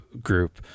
group